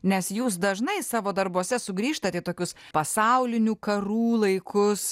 nes jūs dažnai savo darbuose sugrįžtat į tokius pasaulinių karų laikus